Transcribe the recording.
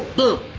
boom!